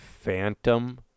Phantom